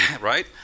right